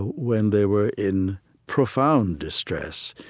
when they were in profound distress.